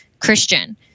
Christian